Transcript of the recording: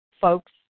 folks